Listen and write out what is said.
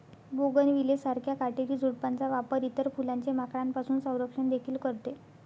bougainvillea सारख्या काटेरी झुडपांचा वापर इतर फुलांचे माकडांपासून संरक्षण देखील करते